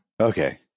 Okay